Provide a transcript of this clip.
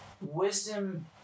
wisdom